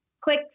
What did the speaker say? quick